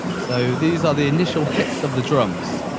so, these are the initial hits of the drums.